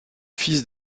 fils